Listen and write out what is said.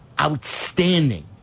outstanding